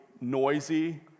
noisy